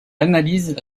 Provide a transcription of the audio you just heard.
analyse